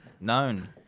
known